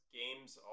games